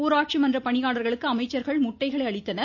ஊராட்சி மன்ற பணியாளர்களுக்கு அமைச்சர்கள் முட்டைகளை அளித்தனர்